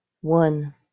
One